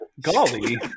Golly